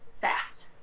fast